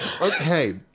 Okay